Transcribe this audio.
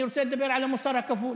אני רוצה לדבר על המוסר הכפול.